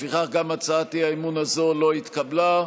לפיכך, גם הצעת האי-אמון הזאת לא התקבלה.